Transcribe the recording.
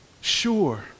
sure